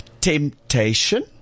temptation